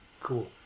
Cool